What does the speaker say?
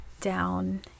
down